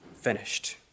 finished